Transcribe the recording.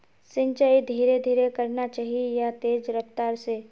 सिंचाई धीरे धीरे करना चही या तेज रफ्तार से?